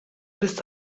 bist